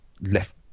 left